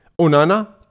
Onana